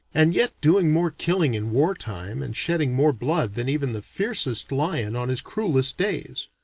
and yet doing more killing in wartime and shedding more blood than even the fiercest lion on his cruelest days.